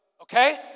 Okay